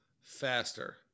faster